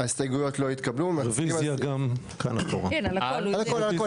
הצבעה בעד 4 נמנעים 3 אושר.